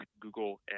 Google